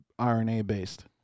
RNA-based